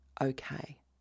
okay